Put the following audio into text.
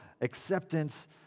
Acceptance